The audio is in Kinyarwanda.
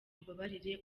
umbabarire